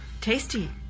Tasty